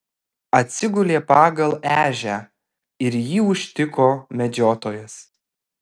atsigulė pagal ežią ir jį užtiko medžiotojas